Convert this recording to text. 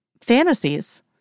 Fantasies